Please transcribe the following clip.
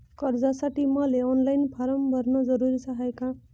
कर्जासाठी मले online form भरन जरुरीच हाय का?